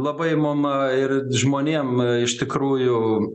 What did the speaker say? labai mum ir žmonėm iš tikrųjų